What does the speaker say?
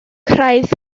craidd